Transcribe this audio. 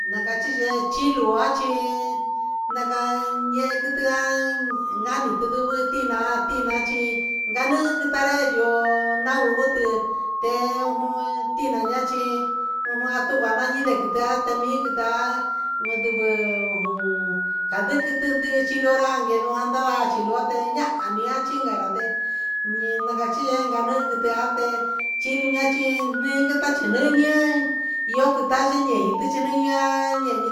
Na cachi yee chi lua chi na canyehe quitia nani tucu sivi tinaa tinaa chi ganihin ta re yo na guhu te jum tinaa chi natuhu nani maan quiti temi quitia andivɨ ta ndiqui ndi cha lora gueto ahan chicarate ni na cachi yee ga nihin quɨti nde garate chinu a chi ni quita chi nii ihin